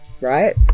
right